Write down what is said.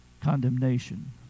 condemnation